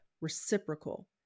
reciprocal